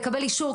לקבל אישור,